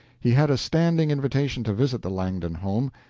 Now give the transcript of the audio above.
he had a standing invitation to visit the langdon home,